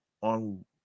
on